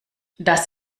das